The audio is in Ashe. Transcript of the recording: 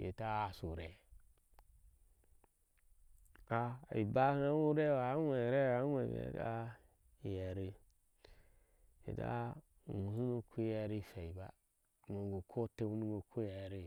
yeta hashourɛh ah ɛba ai ore ohai uwe ove ohaiuwɛ yeti a. a iuere yeti a. a iwo shunu kuh uɛve fɛiba iwoh kɔh oteu ni iwo koh uɛre